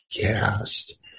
cast